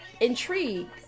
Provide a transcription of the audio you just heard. intrigued